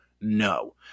No